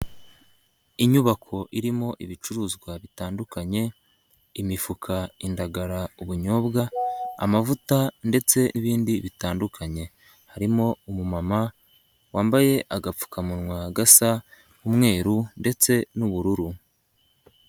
Inyubako irimo ibicuruzwa bitandukanye, imifuka, indagara, ubunyobwa, amavuta ndetse n'ibindi bitandukanye, harimo umumama wambaye agapfukamunwa gasa umweru ndetse n'ubururu.